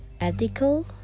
Ethical